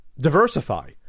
diversify